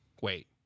Wait